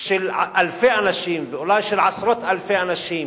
של אלפי אנשים ואולי של עשרות אלפי אנשים,